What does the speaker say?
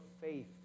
faith